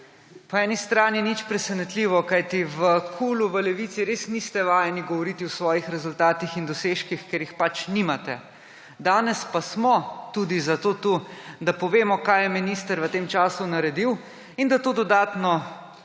Po eni strani nič presenetljivo, kajti v KUL, v Levici res niste vajeni govoriti o svojih rezultatih in dosežkih, ker jih pač nimate. Danes pa smo tu tudi zato, da povemo, kaj je minister v tem času naredil in da to dodatno